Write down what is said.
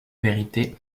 vérité